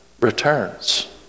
returns